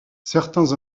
certains